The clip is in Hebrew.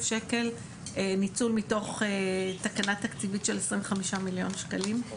ש"ח ניצול מתוך תקנה תקציבית של 25 מיליון שקלים,